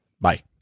Bye